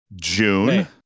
june